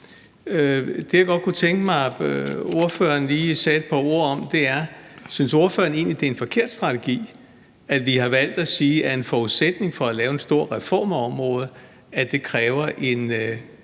Det, jeg godt kunne tænke mig ordføreren lige sagde et par ord om, er: Synes ordføreren egentlig, det er en forkert strategi, at vi har valgt at sige, at en forudsætning for at lave en stor reform af området er en